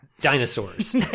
dinosaurs